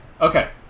Okay